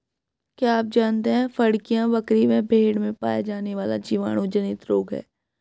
क्या आप जानते है फड़कियां, बकरी व भेड़ में पाया जाने वाला जीवाणु जनित रोग है?